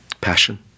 passion